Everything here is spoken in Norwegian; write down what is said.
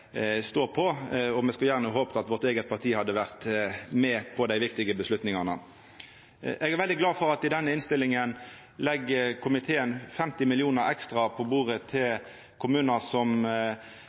på! Og: Me skulle gjerne håpt at vårt eige parti hadde vore med på dei viktige avgjerslene. Eg er veldig glad for at komiteen i denne innstillinga legg 50 mill. kr ekstra på bordet til